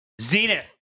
Zenith